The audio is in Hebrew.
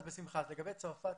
לגבי צרפת.